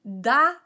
da